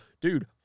dude